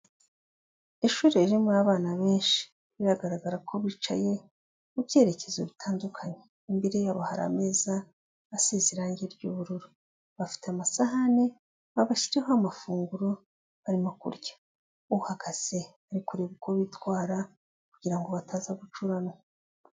Ishuri ririmo abana benshi, biragaragara ko bicaye mu byerekezo bitandukanye. Imbere yabo hari ameza asize irangi ry'ubururu bafite amasahani babashyiriyeho amafunguro barimo kurya, uhagaze ari kureba uko bitwara kugira ngo bataza gucuranwa.